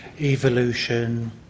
evolution